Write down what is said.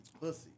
pussy